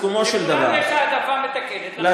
לסיכומו של דבר, לכולם יש העדפה מתקנת, לחרדים לא.